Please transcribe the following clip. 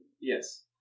yes